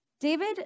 David